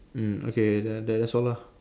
mm okay that that's all lah